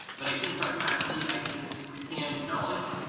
but i think pragmatically, i think pre-canned knowledge,